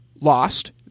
lost